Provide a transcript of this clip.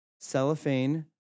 cellophane